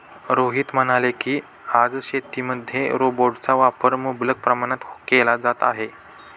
रोहित म्हणाले की, आज शेतीमध्ये रोबोटचा वापर मुबलक प्रमाणात केला जात आहे